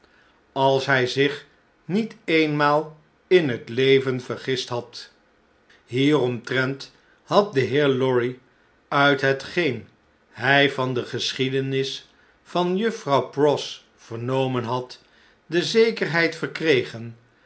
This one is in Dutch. als hij zich niet eenmaal in het leven vergist had hier omtrent had de heer lorry uit hetgeen hij van de geschiedenis van juffrouw pross vernomen had de zekerheid verkregen